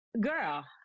Girl